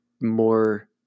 more